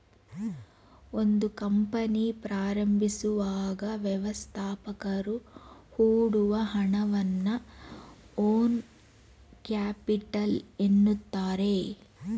ಒಂದು ಕಂಪನಿ ಪ್ರಾರಂಭಿಸುವಾಗ ವ್ಯವಸ್ಥಾಪಕರು ಹೊಡುವ ಹಣವನ್ನ ಓನ್ ಕ್ಯಾಪಿಟಲ್ ಎನ್ನುತ್ತಾರೆ